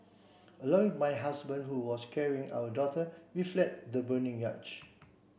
along with my husband who was carrying our daughter we fled the burning yacht